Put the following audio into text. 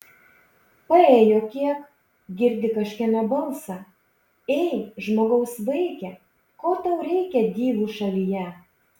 paėjo kiek girdi kažkieno balsą ei žmogaus vaike ko tau reikia divų šalyje